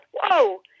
whoa